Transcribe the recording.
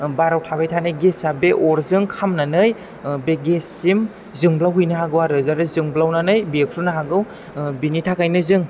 बाराव थाबाय थानाय गेस आ बे अरजों खामनानै बे गेससिम जोंब्लावहैनो हागौ आरो जाहाथे जोंब्लावनानै बेरफ्रुनो हागौ बिनि थाखायनो जों